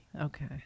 Okay